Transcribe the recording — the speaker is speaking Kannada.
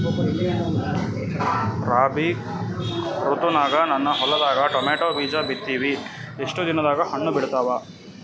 ರಾಬಿ ಋತುನಾಗ ನನ್ನ ಹೊಲದಾಗ ಟೊಮೇಟೊ ಬೀಜ ಬಿತ್ತಿವಿ, ಎಷ್ಟು ದಿನದಾಗ ಹಣ್ಣ ಬಿಡ್ತಾವ?